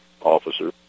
officer